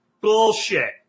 Bullshit